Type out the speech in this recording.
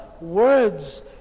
words